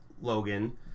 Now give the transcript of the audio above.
Logan